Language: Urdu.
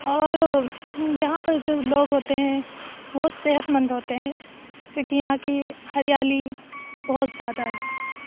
اور یہاں پہ جو لوگ ہوتے ہیں وہ صحت مند ہوتے ہیں کیوںکہ یہاں کی ہریالی بہت زیادہ ہے